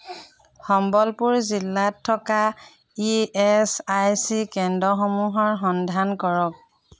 সম্বলপুৰ জিলাত থকা E S I C কেন্দ্ৰসমূহৰ সন্ধান কৰক